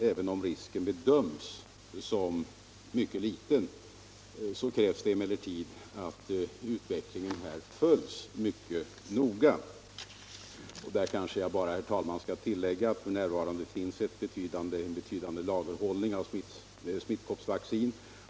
Även om risken bedöms som mycket liten krävs det att utvecklingen följs mycket noga. Där kanske jag bara, herr talman, skall tillägga att det f.n. finns en betydande lagerhållning av smittkoppsvaccin.